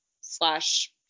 slash